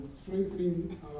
Strengthening